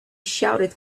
shouted